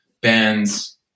bands